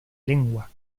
lengua